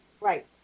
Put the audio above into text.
Right